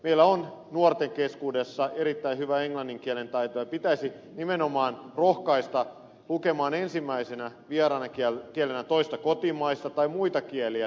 meillä on nuorten keskuudessa erittäin hyvä englannin kielen taito ja pitäisi nimenomaan rohkaista lukemaan ensimmäisenä vieraana kielenä toista kotimaista tai muita kieliä